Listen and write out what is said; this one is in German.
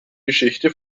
geschichte